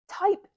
type